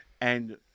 And-